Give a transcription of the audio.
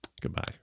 Goodbye